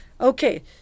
Okay